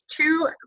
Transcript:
two